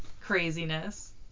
craziness